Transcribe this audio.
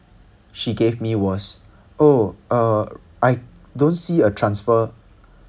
she gave me was oh uh I don't see a transfer